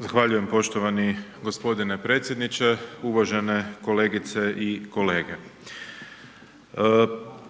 Zahvaljujem poštovani g. predsjedniče, uvažene kolegice i kolege.